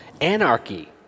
Anarchy